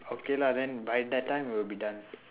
okay lah then by that time we'll be done